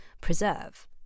preserve